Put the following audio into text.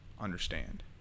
understand